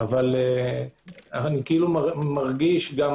אבל אני מרגיש גם